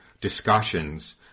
discussions